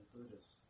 Buddhist